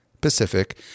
Pacific